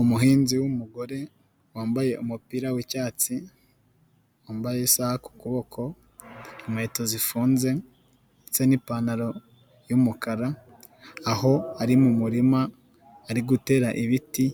Umuhinzi w'umugore, wambaye umupira w'icyatsi, wambaye isaha ku kuboko, inkweto zifunze ndetse n'ipantaro y'umukara, aho ari mu murima, ari gutera ibiti,